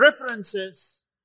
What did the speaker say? references